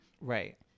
Right